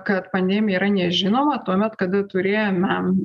kad pandemija yra nežinoma tuomet kada turėjome